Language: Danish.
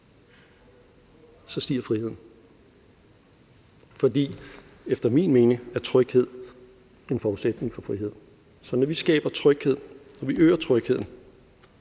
så stiger friheden, for efter min mening er tryghed en forudsætning for frihed. Så når vi øger trygheden, som vi gør,